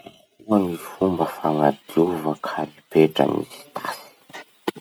Ahoa gny fomba fagnadiova karipetra misy tasy?